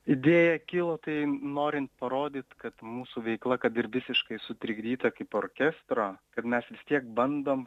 idėja kilo tai norint parodyt kad mūsų veikla kad ir visiškai sutrikdyta kaip orkestro kad mes vis tiek bandom